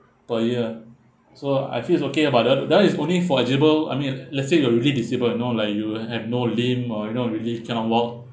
per year so I feel it's okay ah but that that [one] is only for eligible I mean uh let's say you are really disabled you know like you uh have no limb or you know really cannot walk